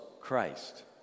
Christ